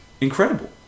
incredible